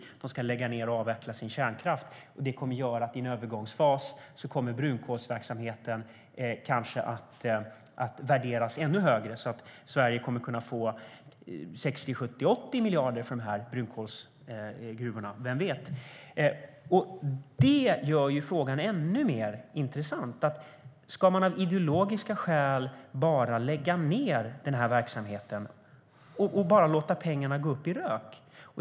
Man ska avveckla sin kärnkraft, och i en övergångsfas kommer då brunkolsverksamheten att värderas ännu högre, så att Sverige kommer att kunna få 60, 70 eller 80 miljarder för brunkolsgruvorna. Vem vet? Detta gör frågan ännu mer intressant. Ska man av ideologiska skäl bara lägga ned verksamheten och låta pengarna gå upp i rök?